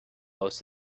most